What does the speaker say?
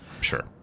sure